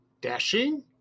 dashing